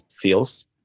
feels